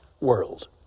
world